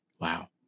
Wow